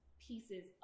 pieces